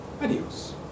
Adios